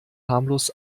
harmlos